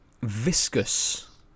viscous